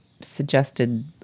suggested